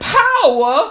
power